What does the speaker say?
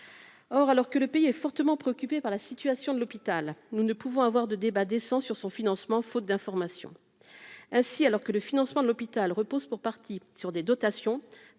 or, alors que le pays est fortement préoccupé par la situation de l'hôpital, nous ne pouvons avoir de débat descend sur son financement, faute d'information, ainsi, alors que le financement de l'hôpital repose pour partie sur des dotations,